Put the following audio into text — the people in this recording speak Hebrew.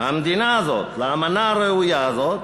המדינה הזאת, לאמנה הראויה הזאת,